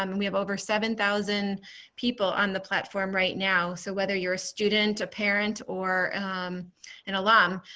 um we have over seven thousand people on the platform right now. so whether you are a student, a parent, or an alum,